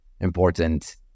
important